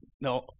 No